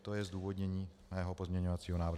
To je zdůvodnění mého pozměňovacího návrhu.